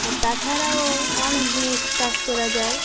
আর তাছাড়াও অনেক জিনিস চাষ করা যায়